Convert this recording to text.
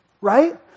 right